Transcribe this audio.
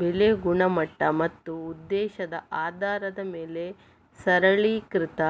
ಬೆಳೆ ಗುಣಮಟ್ಟ ಮತ್ತು ಉದ್ದೇಶದ ಆಧಾರದ ಮೇಲೆ ಸರಳೀಕೃತ